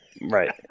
Right